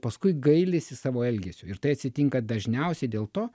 paskui gailisi savo elgesio ir tai atsitinka dažniausiai dėl to